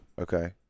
Okay